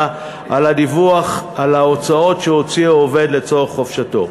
על הדיווח על ההוצאות שהוציא העובד לצורך חופשתו.